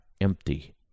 Empty